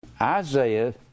Isaiah